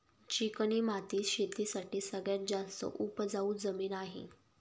चिकणी माती शेती साठी सगळ्यात जास्त उपजाऊ जमीन आहे